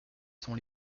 sont